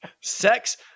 sex